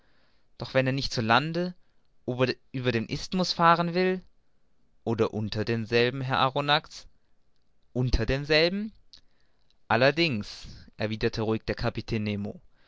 doch wenn er nicht zu lande oder über den isthmus fahren will oder unter demselben her herr arronax unter demselben allerdings erwiderte ruhig der kapitän